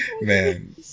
Man